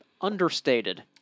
understated